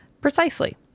Precisely